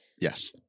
Yes